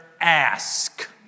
ask